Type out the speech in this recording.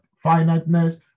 finiteness